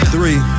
Three